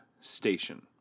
station